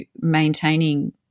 maintaining